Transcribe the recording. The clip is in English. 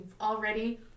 already